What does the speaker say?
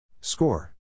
Score